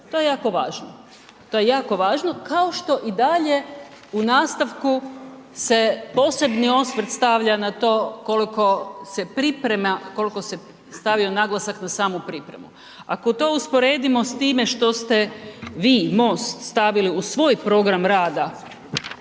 To je jako važno, kao što i dalje u nastavku se posebni osvrt stavlja na to koliko se stavio naglasak na samu pripremu. Ako to usporedimo s time što ste vi i MOST stavili u svoj program rada